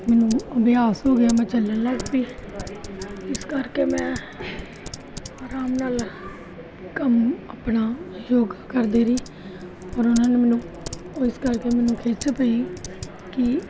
ਮੈਨੂੰ ਅਭਿਆਸ ਹੋ ਗਿਆ ਮੈਂ ਚੱਲਣ ਲੱਗ ਪਈ ਇਸ ਕਰਕੇ ਮੈਂ ਆਰਾਮ ਨਾਲ ਕੰਮ ਆਪਣਾ ਯੋਗਾ ਕਰਦੀ ਰਹੀ ਔਰ ਉਹਨਾਂ ਨੇ ਮੈਨੂੰ ਉਹ ਇਸ ਕਰਕੇ ਮੈਨੂੰ ਖਿੱਚ ਪਈ ਕਿ